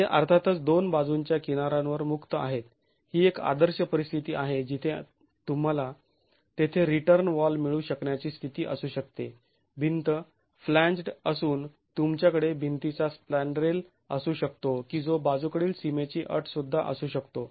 हे अर्थातच दोन बाजूंच्या किनारांवर मुक्त आहेत ही एक आदर्श परिस्थिती आहे जिथे तुम्हाला तेथे रिटर्न वॉल मिळू शकण्याची स्थिती असू शकते भिंत फ्लॅंज्ड् असून तुमच्याकडे भिंतीचा स्पॅंड्रेल असू शकतो की जो बाजूकडच्या सीमेची अट सुद्धा असू शकतो